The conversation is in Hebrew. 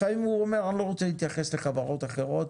לפעמים הוא אומר: אני לא רוצה להתייחס לחברות אחרות,